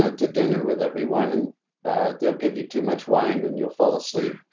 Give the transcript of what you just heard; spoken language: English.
ah to dinner with everyone and they'll give you too much wine and you'll fall asleep.